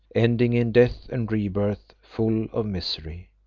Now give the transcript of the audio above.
ending in death and rebirths full of misery.